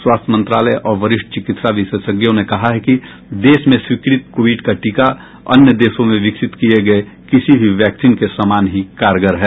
स्वास्थ्य मंत्रालय और वरिष्ठ चिकित्सा विशेषज्ञों ने कहा है कि देश में स्वीकृत कोविड का टीका अन्य देशों में विकसित किये गए किसी भी वैक्सीन के समान ही कारगर है